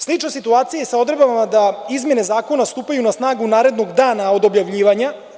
Slična situacija je i sa odredbama da izmene zakona stupaju na snagu narednog dana od dana objavljivanja.